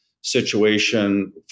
situation